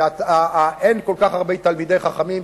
כי אין כל כך הרבה תלמידי חכמים,